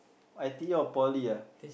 I_T_E or Poly ah